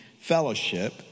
fellowship